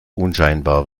unscheinbar